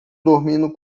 dormindo